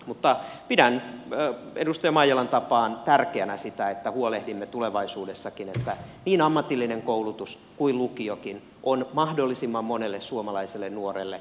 mutta pidän edustaja maijalan tapaan tärkeänä sitä että huolehdimme tulevaisuudessakin että niin ammatillinen koulutus kuin lukiokin on mahdollisimman monelle suomalaiselle nuorelle